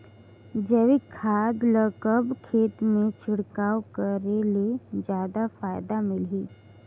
जैविक खाद ल कब खेत मे छिड़काव करे ले जादा फायदा मिलही?